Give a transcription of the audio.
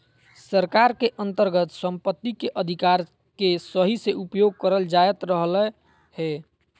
सरकार के अन्तर्गत सम्पत्ति के अधिकार के सही से उपयोग करल जायत रहलय हें